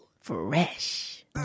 Fresh